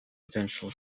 potential